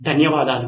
ధన్యవాదాలు